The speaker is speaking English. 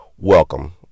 Welcome